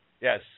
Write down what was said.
Yes